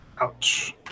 Ouch